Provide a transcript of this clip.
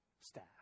staff